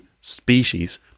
species